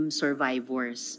survivors